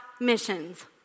missions